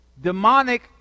demonic